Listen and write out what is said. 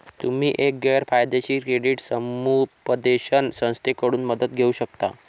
तुम्ही एक गैर फायदेशीर क्रेडिट समुपदेशन संस्थेकडून मदत घेऊ शकता